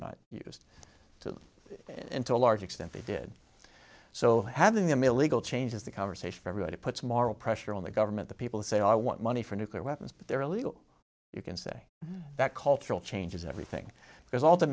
not used to and to a large extent they did so having them illegal changes the conversation everybody puts moral pressure on the government the people say i want money for nuclear weapons but they're illegal you can say that cultural changes everything because all the